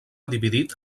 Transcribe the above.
dividit